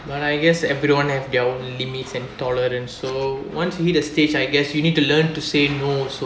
but I guess everyone have their own limits and tolerance so once you hit a stage I guess you need to learn to say no so